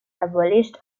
abolished